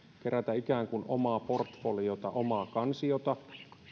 kerätä ikään kuin omaa portfoliota omaa kansiota